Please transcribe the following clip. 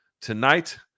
tonight